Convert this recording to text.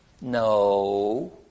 No